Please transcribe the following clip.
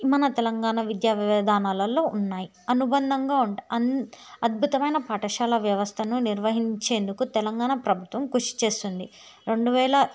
మన తెలంగాణ విద్యా విధానాలలో ఉన్నాయి అనుబంధంగా అద్భుతమైన పాఠశాల వ్యవస్థను నిర్వహించేందుకు తెలంగాణ ప్రభుత్వం కృషి చేస్తుంది రెండు వేల